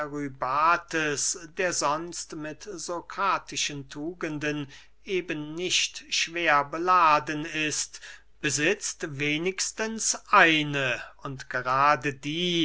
eurybates der sonst mit sokratischen tugenden eben nicht schwer beladen ist besitzt wenigstens eine und gerade die